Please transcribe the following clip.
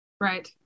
Right